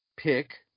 pick